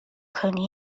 können